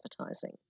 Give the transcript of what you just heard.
advertising